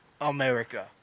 America